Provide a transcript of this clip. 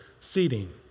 seating